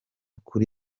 kuri